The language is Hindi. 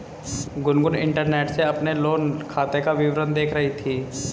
गुनगुन इंटरनेट से अपने लोन खाते का विवरण देख रही थी